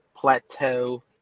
plateau